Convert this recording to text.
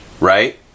right